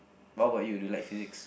what about you you like Physics